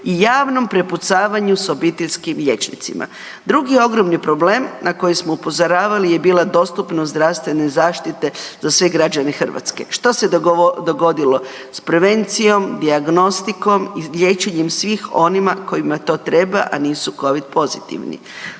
javnom prepucavanju s obiteljskim liječnicima. Drugi ogromni problem na koji smo upozoravali je bila dostupnost zdravstvene zaštite za sve građane Hrvatske. Što se dogodilo s prevencijom, dijagnostikom i liječenjem svih onima kojima to treba a nisu COVID pozitivni?